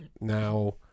now